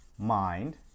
mind